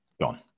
gone